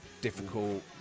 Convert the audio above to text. difficult